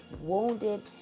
wounded